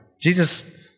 Jesus